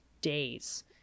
days